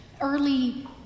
early